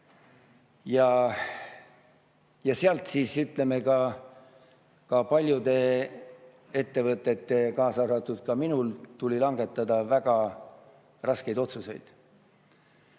Ja sealt siis, ütleme ka, paljudel ettevõtetel, kaasa arvatud minul, tuli langetada väga raskeid otsuseid.